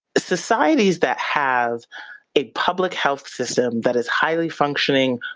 societies that have a public health system that is highly functioning,